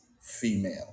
female